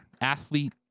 athlete